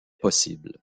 possible